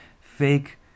fake